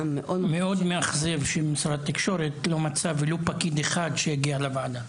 מאוד מאכזב שמשרד התקשורת לא מצא ולו פקיד אחד שיגיע לוועדה.